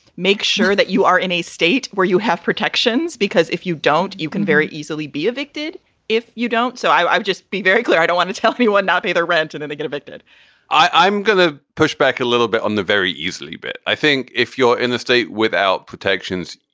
make sure that you are in a state where you have protections, because if you don't, you can very easily be evicted if you don't. so i would just be very clear. i don't want to tell me why not pay the rent and then they get evicted i'm going to push back a little bit on the very easily. but i think if you're in the state without protections,